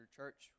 church